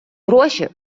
гроші